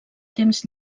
temps